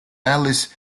alice